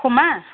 खमआ